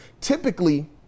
typically